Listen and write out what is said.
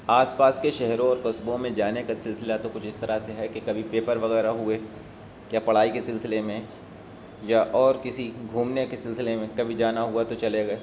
آس پاس کے شہروں اور قصبوں میں جانے کا سلسلہ تو کچھ اس طرح سے ہے کہ کبھی پیپر وغیرہ ہوئے یا پڑھائی کے سلسلے میں یا اور کسی گھومنے کے سلسلے میں کبھی جانا ہوا تو چلے گئے